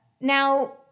Now